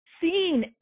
seen